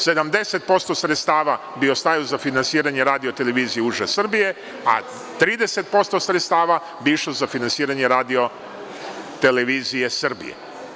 Sedamdeset posto sredstava bi ostavio za finansiranje Radio televizije uže Srbije, a 30% sredstava bi išlo za finansiranje Radio televizije Srbije.